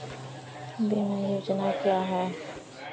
बीमा योजना क्या है?